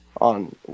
on